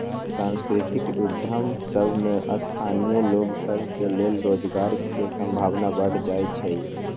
सांस्कृतिक उद्यम सभ में स्थानीय लोग सभ के लेल रोजगार के संभावना बढ़ जाइ छइ